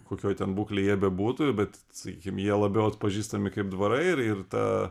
kokioj ten būklėj jie bebūtų bet sakykim jie labiau atpažįstami kaip dvarai ir ir tą